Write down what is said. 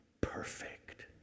perfect